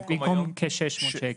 במקום כ-600 שקלים.